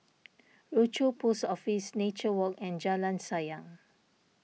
Rochor Post Office Nature Walk and Jalan Sayang